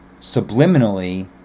subliminally